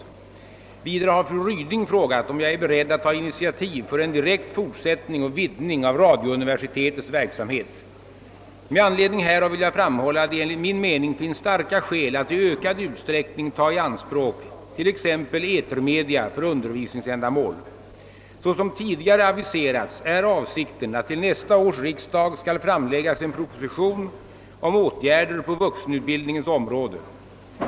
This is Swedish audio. Vidare har fru Ryding frågat, om jag är beredd att ta initiativ för en direkt fortsättning och vidgning av radiouniversitetets verksamhet. Med anledning härav vill jag framhålla att det enligt min mening finns starka skäl att i ökad utsträckning ta i anspråk t.ex. etermedia för undervisningsändamål. Såsom tidigare aviserats är avsikten att till nästa års riksdag skall framläggas en proposition om åtgärder på vuxenutbildningens område.